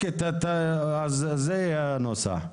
זה יהיה הנוסח.